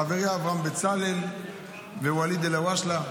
חברי אברהם בצלאל וואליד אלהואשלה: